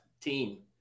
team